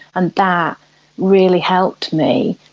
and that really helped me,